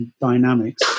dynamics